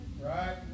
Right